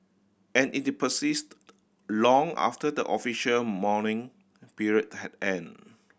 and it persisted long after the official mourning period had ended